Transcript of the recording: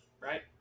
right